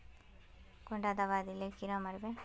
कुंडा दाबा दिले कीड़ा मोर बे?